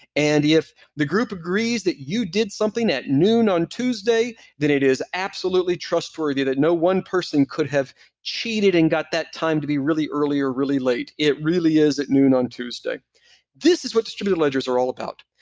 and if the group agrees that you did something at noon on tuesday, then it is absolutely trustworthy that no one person could have cheated and got that time to be really early or really late. it really is at noon on tuesday this is what distributed ledgers are all about.